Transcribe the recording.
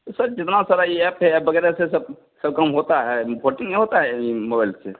तो सर जितना सारा ये एप है एप वगैरह से सब काम होता है भोटिङ भी होता हे मोबाईल से